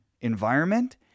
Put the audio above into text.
Environment